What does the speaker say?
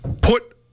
put